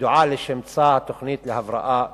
ידועה לשמצה, התוכנית להבראה כלכלית.